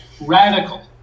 radical